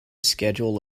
schedule